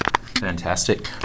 fantastic